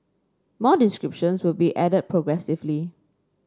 more descriptions will be added progressively